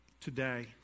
today